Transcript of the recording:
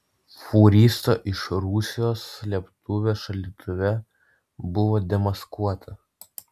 fūristo iš rusijos slėptuvė šaldytuve buvo demaskuota